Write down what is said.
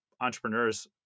entrepreneurs